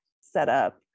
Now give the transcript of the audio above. setup